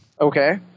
Okay